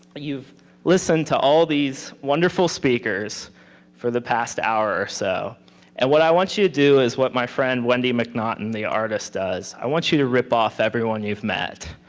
listen to all these wonderful speakers for the past hour or so. and what i want you to do is what my friend wendy macnaughton the artist does, i want you to rip off everyone you've met.